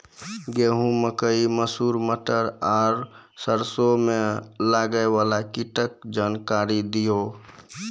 गेहूँ, मकई, मसूर, मटर आर सरसों मे लागै वाला कीटक जानकरी दियो?